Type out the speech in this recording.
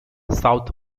south